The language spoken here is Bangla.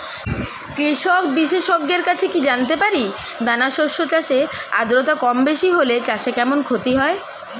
কৃষক বিশেষজ্ঞের কাছে কি জানতে পারি দানা শস্য চাষে আদ্রতা কমবেশি হলে চাষে কেমন ক্ষতি হয়?